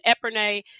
Epernay